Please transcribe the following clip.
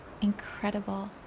incredible